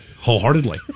wholeheartedly